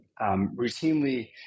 routinely